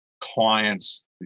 clients